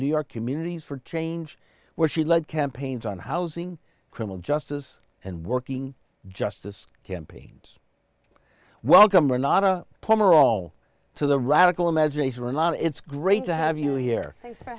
new york communities for change where she led campaigns on housing criminal justice and working justice campaigns welcome or not a plumber all to the radical imagination la it's great to have you here thanks for